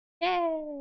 Yay